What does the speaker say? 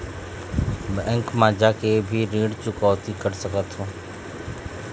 Bank मा जाके भी ऋण चुकौती कर सकथों?